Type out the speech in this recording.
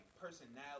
personality